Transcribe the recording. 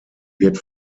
wird